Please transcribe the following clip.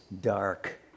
dark